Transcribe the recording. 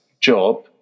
job